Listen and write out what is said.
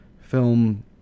film